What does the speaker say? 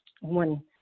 one